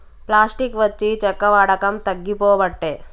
plastic వచ్చి చెక్క వాడకం తగ్గిపోబట్టే